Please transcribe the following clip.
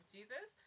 Jesus